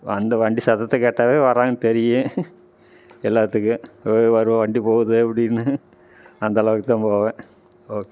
அந்த வண்டி சத்தத்தை கேட்டாலே வராங்கன்னு தெரியும் எல்லாத்துக்கும் தோ பார் வண்டி போகுது அப்படின்னு அந்தளவுக்கு தான் போவேன் ஓகே